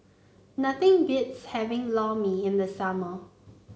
nothing beats having Lor Mee in the summer